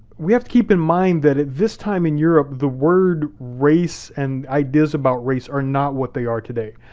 we have to keep in mind that at this time in europe the word race and ideas about race are not what they are today.